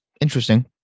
interesting